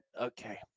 okay